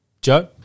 Joe